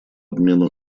обмену